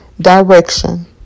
direction